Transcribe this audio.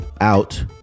out